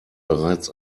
bereits